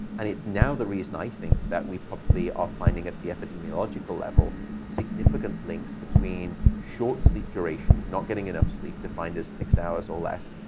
and it's now the reason i think that we probably are finding, at the epidemiological level, significant links between short sleep duration, not getting enough sleep, defined as six hours or less,